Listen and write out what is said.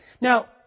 Now